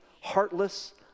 heartless